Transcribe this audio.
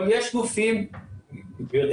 גבירתי